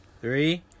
Three